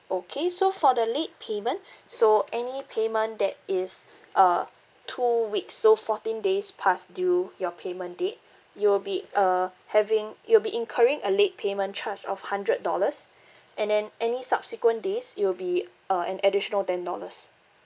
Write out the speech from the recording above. okay so for the late payment so any payment that is uh two weeks so fourteen days passed due your payment date it will be uh having it will be incurring a late payment charge of hundred dollars and then any subsequent days it will be uh an additional ten dollars